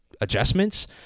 adjustments